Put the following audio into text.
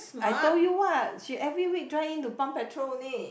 I told you what she every week drive in to pump petrol only